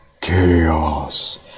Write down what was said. chaos